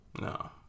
No